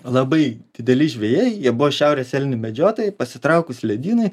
labai dideli žvejai jie buvo šiaurės elnių medžiotojai pasitraukus ledynui